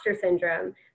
syndrome